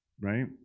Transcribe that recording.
right